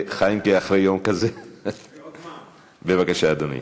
חיימק'ה, אחרי יום כזה, בבקשה, אדוני.